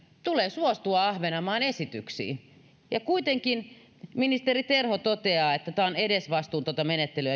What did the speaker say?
tulee suostua ahvenanmaan esityksiin ja kuitenkin ministeri terho toteaa julkisuudessa että tämä on edesvastuutonta menettelyä